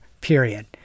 period